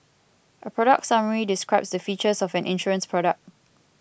a product summary describes the features of an insurance product